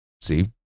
See